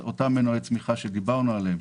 אותם מנועי צמיחה שדיברנו עליהם,